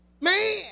Man